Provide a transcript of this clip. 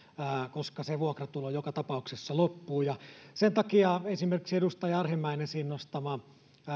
koska se vuokratulo joka tapauksessa loppuu sen takia esimerkiksi edustaja arhinmäen esiin nostama